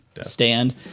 stand